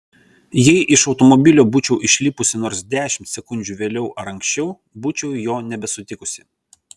jei iš automobilio būčiau išlipusi nors dešimt sekundžių vėliau ar anksčiau būčiau jo nebesutikusi